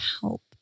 help